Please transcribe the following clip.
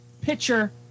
pitcher